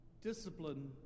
discipline